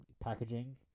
packaging